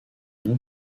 non